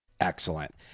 Excellent